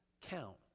count